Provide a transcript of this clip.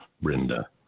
Brenda